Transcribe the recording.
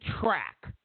track